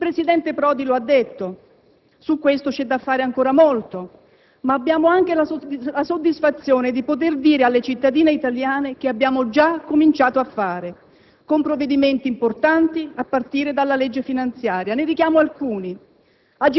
Il presidente Prodi lo ha detto: su questo c'è da fare ancora molto, ma abbiamo anche la soddisfazione di poter dire alle cittadine italiane che abbiamo già cominciato a fare, con provvedimenti importanti, a partire dalla legge finanziaria. Ne richiamo alcuni: